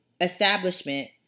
establishment